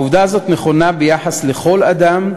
העובדה הזאת נכונה ביחס לכל אדם,